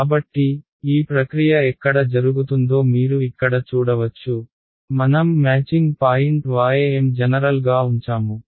కాబట్టి ఈ ప్రక్రియ ఎక్కడ జరుగుతుందో మీరు ఇక్కడ చూడవచ్చు మనం మ్యాచింగ్ పాయింట్ ym జనరల్గా ఉంచాము